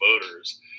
voters